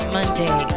Monday